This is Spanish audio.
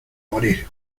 morir